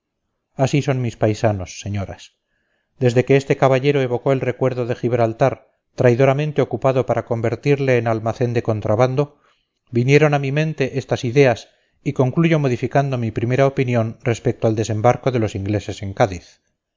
así son mis paisanos señoras desde que este caballero evocó el recuerdo de gibraltar traidoramente ocupado para convertirle en almacén de contrabando vinieron a mi mente estas ideas y concluyo modificando mi primera opinión respecto al desembarco de los ingleses en cádiz